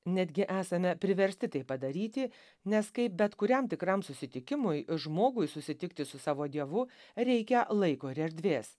netgi esame priversti tai padaryti nes kaip bet kuriam tikram susitikimui žmogui susitikti su savo dievu reikia laiko ir erdvės